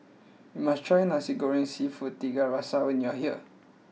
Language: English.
you must try Nasi Goreng Seafood Tiga Rasa when you are here